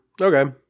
Okay